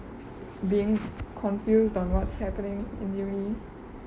being confused on what's happening in uni